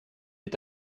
est